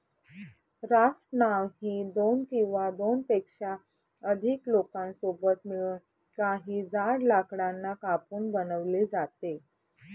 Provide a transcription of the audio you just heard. raft नाव ही दोन किंवा दोनपेक्षा अधिक लोकांसोबत मिळून, काही जाड लाकडांना कापून बनवली जाते